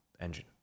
engine